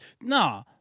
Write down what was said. no